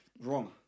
wrong